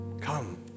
come